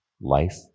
life